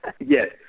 Yes